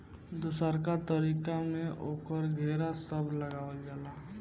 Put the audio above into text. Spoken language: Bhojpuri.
दोसरका तरीका में ओकर घेरा सब लगावल जाला